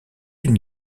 une